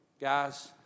Guys